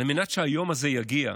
על מנת שהיום הזה יגיע,